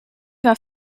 war